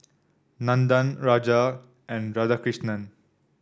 Nandan Raja and Radhakrishnan